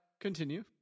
continue